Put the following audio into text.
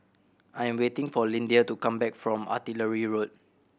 I am waiting for Lyndia to come back from Artillery Road